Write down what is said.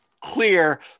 clear